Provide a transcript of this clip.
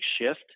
shift